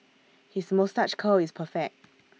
his moustache curl is perfect